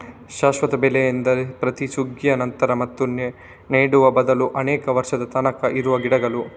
ಶಾಶ್ವತ ಬೆಳೆ ಎಂದರೆ ಪ್ರತಿ ಸುಗ್ಗಿಯ ನಂತರ ಮತ್ತೆ ನೆಡುವ ಬದಲು ಅನೇಕ ವರ್ಷದ ತನಕ ಇರುವ ಗಿಡಗಳು